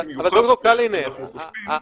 במיוחד שאנחנו חושבים,